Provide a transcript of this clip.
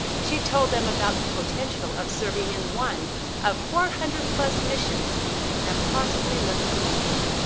she told them about the potential of serving in one of four hundred plus missions and possibly learning a language.